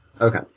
Okay